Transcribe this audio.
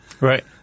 Right